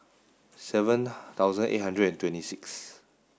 seven thousand eight hundred and twenty sixth